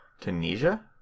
Tunisia